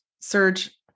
Serge